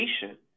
patient